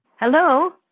Hello